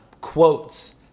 quotes